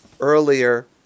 earlier